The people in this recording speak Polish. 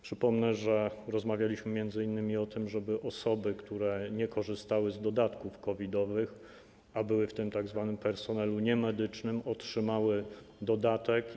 Przypomnę, że rozmawialiśmy m.in. o tym, żeby osoby, które nie korzystały z dodatków COVID-owych, a były tym tzw. personelem niemedycznym, otrzymały dodatek.